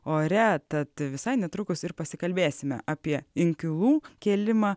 ore tad visai netrukus ir pasikalbėsime apie inkilų kėlimą